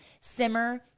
simmer